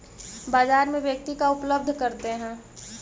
बाजार में व्यक्ति का उपलब्ध करते हैं?